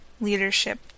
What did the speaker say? leadership